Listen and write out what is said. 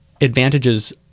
advantages